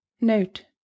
Note